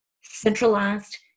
centralized